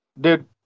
dude